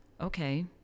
okay